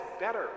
better